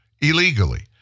illegally